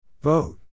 Vote